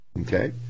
okay